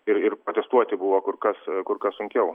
ir ir protestuoti buvo kur kas kur kas sunkiau